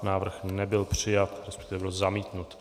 Návrh nebyl přijat, byl zamítnut.